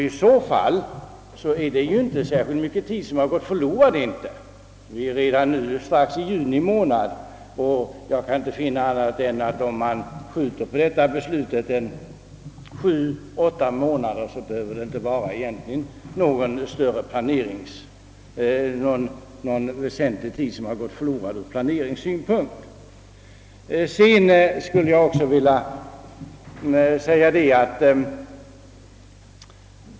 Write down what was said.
Vi är snart inne i juni månad, och jag kan inte se att någon väsentlig tid skulle gå förlorad ur planeringssynpunkt, om vi skjuter på beslutet sju, åtta månader.